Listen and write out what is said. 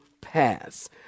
pass